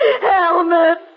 helmet